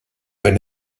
wenn